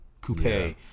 coupe